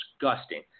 disgusting